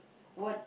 what